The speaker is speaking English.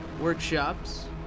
workshops